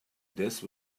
death